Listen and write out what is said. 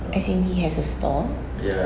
as in he has a store